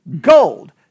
gold